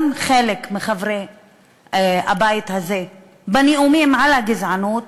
חלק מחברי הבית הזה בנאומים על הגזענות